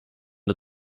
der